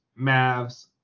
Mavs